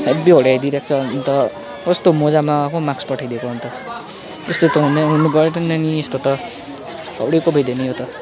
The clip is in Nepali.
हेभी हाउडे आइदिइ रहेको अन्त कस्तो मोजा मगाएको माक्स पठाइदिएको अन्त त्यस्तो त हुने हुनु भएन नि यस्तो त हाउडेको भइदियो नि यो त